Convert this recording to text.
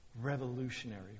revolutionary